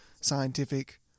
scientific